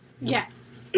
Yes